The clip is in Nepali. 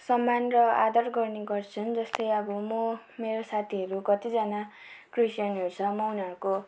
सम्मान र आदर गर्ने गर्छन् जस्तै अब म मेरो साथीहरू कतिजाना किश्चियनहरू छ म उनीहरूको